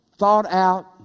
thought-out